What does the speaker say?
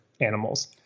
animals